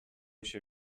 się